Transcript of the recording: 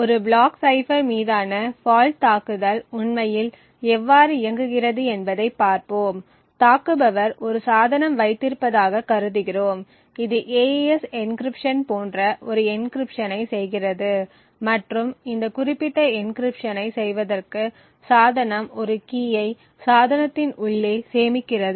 ஒரு block cipher மீதான fault தாக்குதல் உண்மையில் எவ்வாறு இயங்குகிறது என்பதைப் பார்ப்போம் தாக்குபவர் ஒரு சாதனம் வைத்திருப்பதாகக் கருதுகிறோம் இது AES என்க்ரிப்ஷன் போன்ற ஒரு என்க்ரிப்ஷனை செய்கிறது மற்றும் இந்த குறிப்பிட்ட என்க்ரிப்ஷனை செய்வதற்கு சாதனம் ஒரு கீயை சாதனத்தின் உள்ளே சேமிக்கிறது